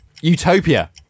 Utopia